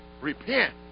repent